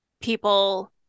people